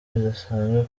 bidasanzwe